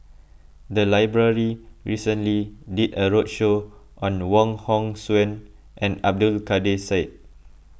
the library recently did a roadshow on Wong Hong Suen and Abdul Kadir Syed